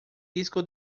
disco